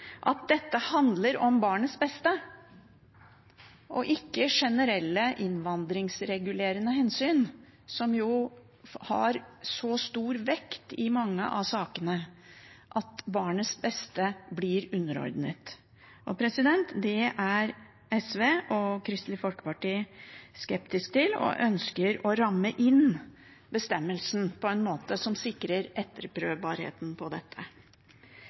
at dette handler om barnets beste og ikke om generelle innvandringsregulerende hensyn, som jo har så stor vekt i mange av sakene at barnets beste blir underordnet. Det er SV og Kristelig Folkeparti skeptisk til og ønsker å ramme inn bestemmelsen på en måte som sikrer etterprøvbarheten av dette.